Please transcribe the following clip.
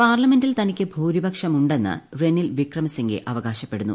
പാർലമെന്റിൽ തനിക്ക് ഭൂരിപക്ഷമുണ്ടെന്ന് റെനിൽ വിക്രമസിംഗെ അവകാശപ്പെടുന്നു